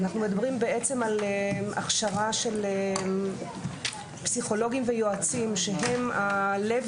אנחנו מדברים בעצם על הכשרה של פסיכולוגים ויועצים שהם לב